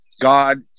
God